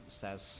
says